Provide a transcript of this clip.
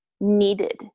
needed